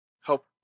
help